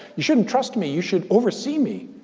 you shouldn't trust me. you should oversee me.